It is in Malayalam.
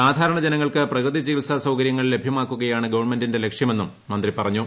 സാധാരണ ജനങ്ങൾക്ക് പ്രകൃതി ചികിത്സ സൌകര്യങ്ങൾ ലഭ്യമാക്കുക യാണ് ഗവൺമെന്റിന്റെ ലക്ഷ്യമെന്നും മന്ത്രി പറഞ്ഞു